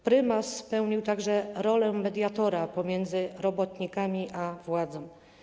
Prymas pełnił także rolę mediatora pomiędzy robotnikami a władzą.